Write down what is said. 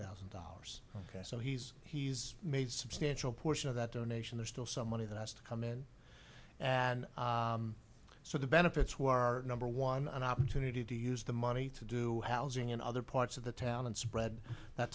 thousand dollars ok so he's he's made substantial portion of that donation there's still some money that has to come in and so the benefits were our number one opportunity to use the money to do housing in other parts of the town and spread that